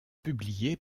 publié